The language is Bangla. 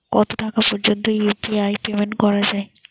কত টাকা পর্যন্ত ইউ.পি.আই পেমেন্ট করা যায়?